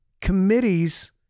committees